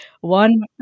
one